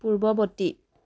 পূৰ্বৱৰ্তী